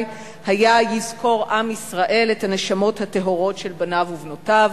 היה: "יזכור עם ישראל את הנשמות הטהורות של בניו ובנותיו".